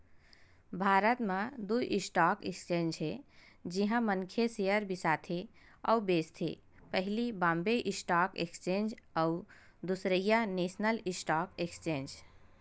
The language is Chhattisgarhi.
भारत म दू स्टॉक एक्सचेंज हे जिहाँ मनखे सेयर बिसाथे अउ बेंचथे पहिली बॉम्बे स्टॉक एक्सचेंज अउ दूसरइया नेसनल स्टॉक एक्सचेंज